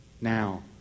now